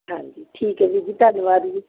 ਹਾਂਜੀ ਠੀਕ ਹੈ ਵੀਰ ਜੀ ਧੰਨਵਾਦ ਜੀ